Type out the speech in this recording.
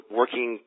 working